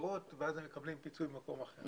יקרות ואז הם מקבלים פיצוי ממקום אחר.